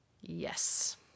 Yes